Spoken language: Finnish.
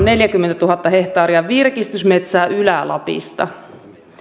neljäkymmentätuhatta hehtaaria virkistysmetsää ylä lapista